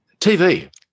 TV